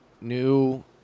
New